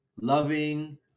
loving